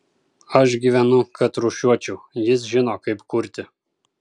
aš gyvenu kad rūšiuočiau jis žino kaip kurti